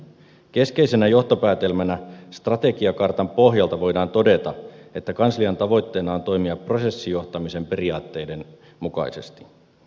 keskeisenä johtopäätelmänä strategiakartan pohjalta voidaan todeta että kanslian tavoitteena on toimia prosessijohtamisen periaatteiden mukaisesti